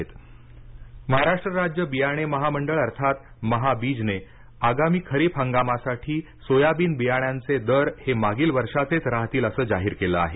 soybean बियाणे दर कायम महाराष्ट्र राज्य बियाणे महामंडळ अर्थात महाबीजने आगामी खरीप हंगामासाठी सोयाबीन बियाण्यांचे दर हे मागील वर्षाचेच राहतील असं जाहीर केलं आहे